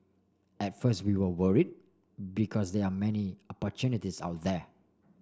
at first we were worried because there are many opportunists out there